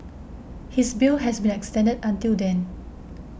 his bail has been extended until then